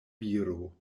viro